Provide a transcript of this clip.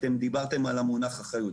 אתם דיברתם על המונח "אחריות".